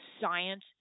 science